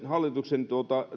hallituksen